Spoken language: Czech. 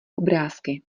obrázky